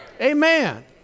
Amen